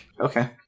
Okay